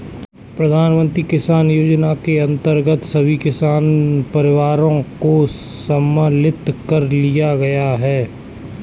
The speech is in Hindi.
प्रधानमंत्री किसान योजना के अंतर्गत सभी किसान परिवारों को सम्मिलित कर लिया गया है